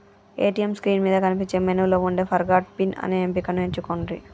ATM screen మీద కనిపించే మెనూలో వుండే ఫర్గాట్ పిన్ అనే ఎంపికను ఎంచుకొండ్రి